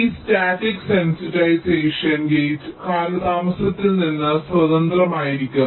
ഈ static sensitisation gate കാലതാമസത്തിൽ നിന്ന് സ്വതന്ത്രമായിരിക്കും